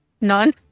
None